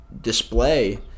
display